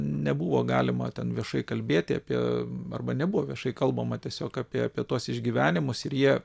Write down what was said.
nebuvo galima ten viešai kalbėti apie arba nebuvo viešai kalbama tiesiog apie apie tuos išgyvenimus ir jie